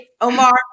Omar